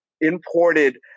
imported